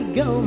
go